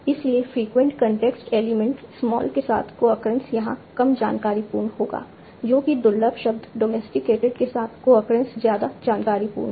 इसलिए frequent context element small के साथ कोअक्रेंस यहाँ कम जानकारीपूर्ण होगी जो कि दुर्लभ शब्द डॉमेस्टिकेटेड के साथ कोअक्रेंस ज्यादा जानकारीपूर्ण है